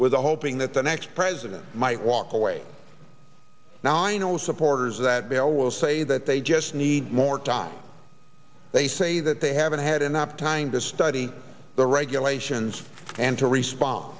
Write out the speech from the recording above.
with the hoping that the next president might walk away now i know supporters that bell will say that they just need more time they say that they haven't had enough time to study the regulations and to respond t